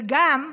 וגם,